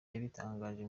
yabitangaje